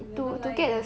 eleven line